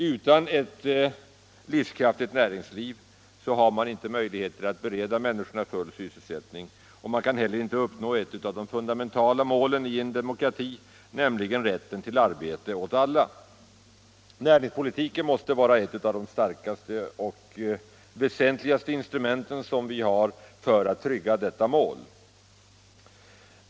Utan ett livskraftigt näringsliv har man alltså inte möjligheter att bereda människorna full sysselsättning, och man kan inte heller uppnå ett av de fundamentala målen i en demokrati, nämligen rätten till arbete åt alla. Näringspolitiken måste vara ett av de starkaste och väsentligaste instrumenten för att uppnå detta mål.